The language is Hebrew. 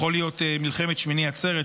יכול להיות "מלחמת שמיני עצרת",